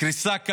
קריסה כלכלית,